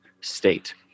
state